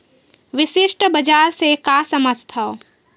विशिष्ट बजार से का समझथव?